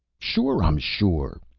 sure i'm sure.